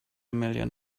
million